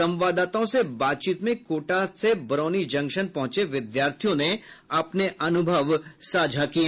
संवाददाताओं से बातचीत में कोटा से बरौनी जंक्शन पहुंचे विद्यार्थियों ने अपने अनुभव साझा किये